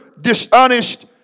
dishonest